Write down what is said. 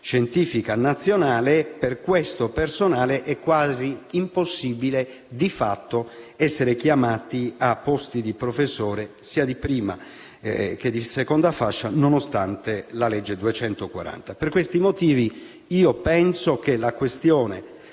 scientifica nazionale, per questo personale è quasi impossibile, di fatto, essere chiamati a posti di professore, sia di prima che di seconda fascia, nonostante la legge n. 240. Per questi motivi penso che la questione